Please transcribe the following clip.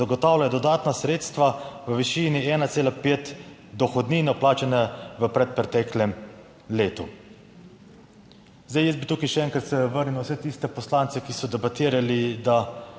zagotavlja dodatna sredstva v višini 1,5 dohodnine vplačane v predpreteklem letu." Zdaj jaz bi tukaj še enkrat se vrnil na vse tiste poslance, ki so debatirali, da,